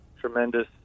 tremendous